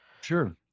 Sure